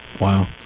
Wow